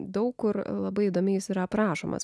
daug kur labai įdomiai jis yra aprašomas